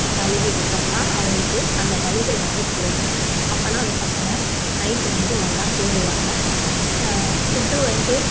கொஞ்சம் கழுவி விட்டோம்னா அவங்களுக்கு அந்த வலிகள் வந்து குறையும் அப்பன்னா அந்த பசங்க நைட் வந்து நல்லா தூங்குவாங்க ஃபுட் வந்து